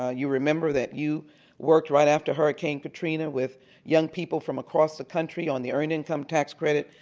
ah you remember that you worked right after hurricane katrina with young people from across the country on the earned income tax credit.